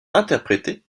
interprété